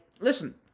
listen